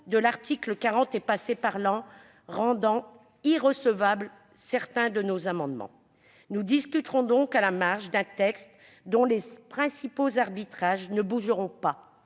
de l'article 40 est passée et a rendu irrecevables certains de nos amendements. Nous discuterons donc à la marge d'un texte dont les principaux arbitrages ne bougeront pas.